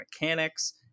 mechanics